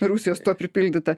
rusijos tuo pripildyta